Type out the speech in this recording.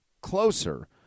closer